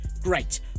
Great